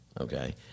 okay